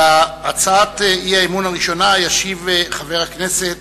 על הצעת האי-אמון הראשונה ישיב חבר הכנסת